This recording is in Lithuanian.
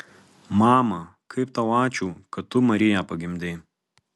mama kaip tau ačiū kad tu mariją pagimdei